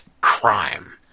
Crime